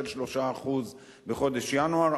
של 3% בחודש ינואר,